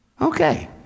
Okay